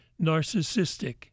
narcissistic